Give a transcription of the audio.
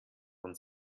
von